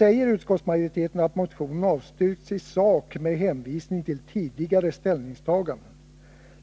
Utskottsmajoriteten säger att motionen avstyrks i sak med hänvisning till tidigare ställningstaganden.